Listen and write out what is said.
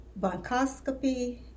bronchoscopy